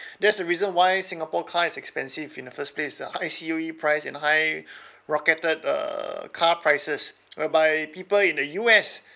there's a reason why singapore car is expensive in the first place the high C_O_E price and high rocketed uh car prices whereby people in the U_S